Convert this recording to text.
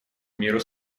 миру